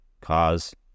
Cause